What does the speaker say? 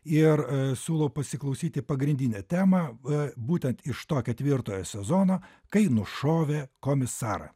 ir siūlau pasiklausyti pagrindinę temą būtent iš to ketvirtojo sezono kai nušovė komisarą